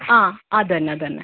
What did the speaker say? ആ അത് തന്നെ അത് തന്നെ